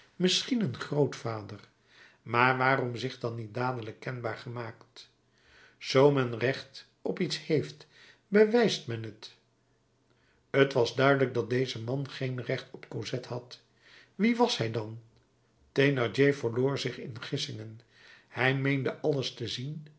misschien een grootvader maar waarom zich dan niet dadelijk kenbaar gemaakt zoo men recht op iets heeft bewijst men het t was duidelijk dat deze man geen recht op cosette had wie was hij dan thénardier verloor zich in gissingen hij meende alles te zien